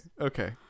okay